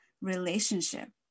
relationship